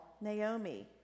Naomi